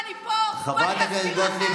חברת הכנסת גוטליב,